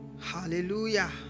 hallelujah